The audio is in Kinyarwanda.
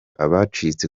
abacitse